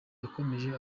yakomeje